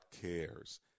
cares